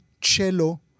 cello